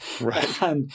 Right